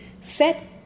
Set